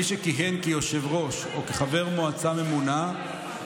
מי שכיהן כיושב-ראש או כחבר מועצה ממונה,